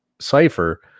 cipher